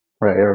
right